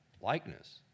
likeness